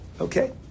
Okay